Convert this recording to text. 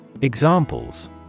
Examples